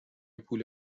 پول